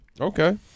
Okay